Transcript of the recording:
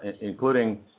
including